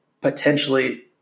potentially